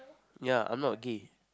ya I'm not a gay